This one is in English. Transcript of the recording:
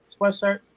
sweatshirt